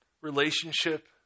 relationship